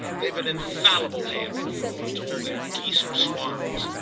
they've an infallible hand for frauds. all their geese are swans.